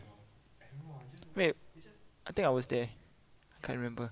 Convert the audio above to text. wait I think I was there I can't remember